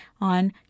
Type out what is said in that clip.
on